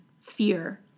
fear